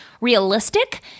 realistic